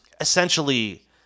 essentially